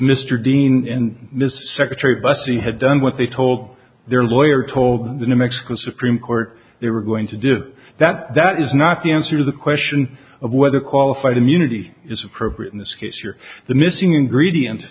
mr dean and mr secretary bussy had done what they told their lawyer told the new mexico supreme court they were going to do that that is not the answer to the question of whether qualified immunity is appropriate in this case or the missing ingredient